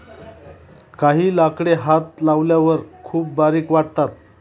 काही लाकडे हात लावल्यावर खूप बारीक वाटतात